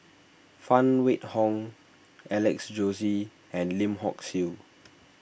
Phan Wait Hong Alex Josey and Lim Hock Siew